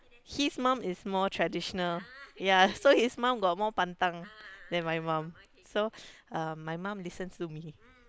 his mum is more traditional ya so his mum got more pantang than my mum so uh my mum listens to me